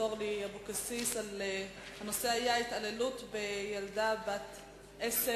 אורלי לוי אבקסיס בנושא: התעללות מינית בילדה בת עשר.